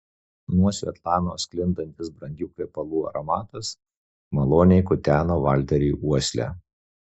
nuo svetlanos sklindantis brangių kvepalų aromatas maloniai kuteno valteriui uoslę